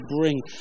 bring